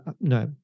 No